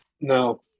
No